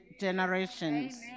generations